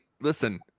listen